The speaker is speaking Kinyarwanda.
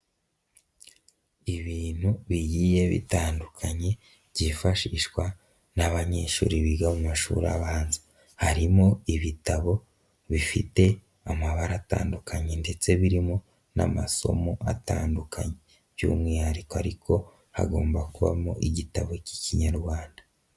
Ibintu bigiye bitandukanye byifashishwa n'abanyeshuri biga mu mashuri abanza, harimo ibitabo bifite amabara atandukanye ndetse birimo n'amasomo atandukanye, by'umwihariko ariko hagomba kubamo igitabo k'Ikinyarwanda.